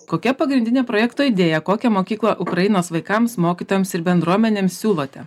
kokia pagrindinė projekto idėja kokią mokyklą ukrainos vaikams mokytojams ir bendruomenėms siūlote